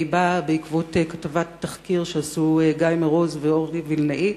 והיא באה בעקבות כתבת תחקיר שעשו גיא מרוז ואורלי וילנאי,